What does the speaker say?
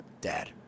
Dad